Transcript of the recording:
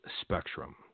spectrum